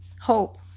hope